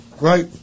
right